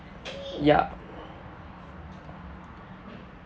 ya